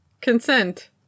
consent